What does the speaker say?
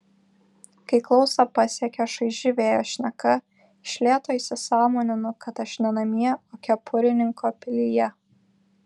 kai klausą pasiekia šaiži vėjo šneka iš lėto įsisąmoninu kad aš ne namie o kepurininko pilyje